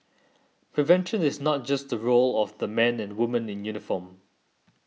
prevention is not just the role of the men and women in uniform